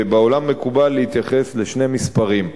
ובעולם מקובל להתייחס לשני מספרים: